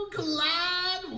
glad